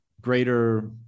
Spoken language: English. greater